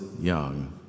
young